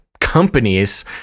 companies